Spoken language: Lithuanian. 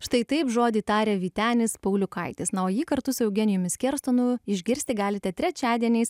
štai taip žodį tarė vytenis pauliukaitis na o jį kartu su eugenijumi skerstonu išgirsti galite trečiadieniais